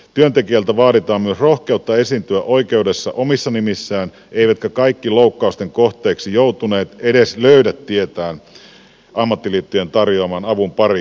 työntekijältä vaaditaan myös rohkeutta esiintyä oikeudessa omissa nimissään eivätkä kaikki loukkausten kohteiksi joutuneet edes löydä tietään ammattiliittojen tarjoaman avun pariin